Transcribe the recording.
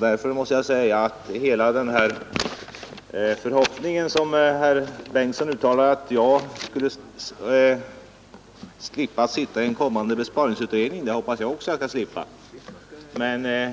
Herr Bengtsson uttalar förhoppningen att jag skulle slippa sitta i en kommande besparingsutredning. Det hoppas jag också, men